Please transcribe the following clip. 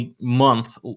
month